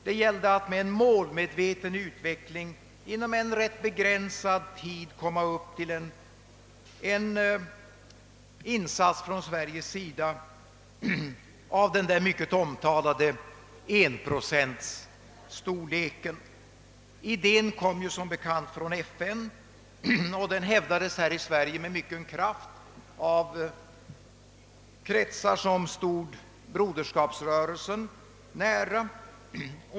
Det gällde att med en målmedveten utveckling inom en rätt begränsad tid nå upp till en svensk insats av den mycket omtalade enprocentstorleken. Idén kom som bekant från FN och den hävdades här i Sverige med mycken kraft av kretsar som stod broderskapsrörelsen nära.